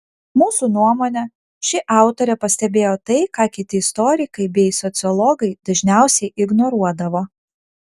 mūsų nuomone ši autorė pastebėjo tai ką kiti istorikai bei sociologai dažniausiai ignoruodavo